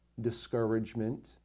discouragement